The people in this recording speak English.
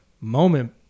moment